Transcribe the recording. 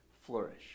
flourish